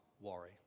worry